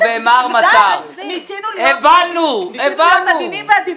גב' גמזו ומר מטר ----- ניסינו להיות עדינים ואדיבים,